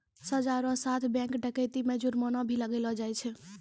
सजा रो साथ बैंक डकैती मे जुर्माना भी लगैलो जाय छै